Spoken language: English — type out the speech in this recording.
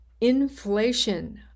Inflation